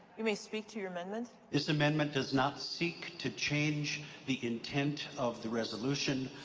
you may speak to your amendment. this amendment does not seek to change the intent of the resolution,